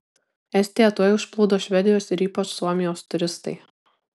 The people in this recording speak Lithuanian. estiją tuoj užplūdo švedijos ir ypač suomijos turistai